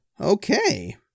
Okay